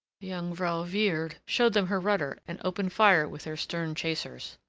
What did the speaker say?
the jongvrow veered, showed them her rudder, and opened fire with her stern chasers.